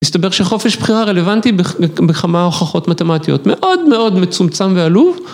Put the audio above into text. מסתבר שחופש בחירה רלוונטי בכמה הוכחות מתמטיות מאוד מאוד מצומצם ועלוב